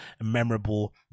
memorable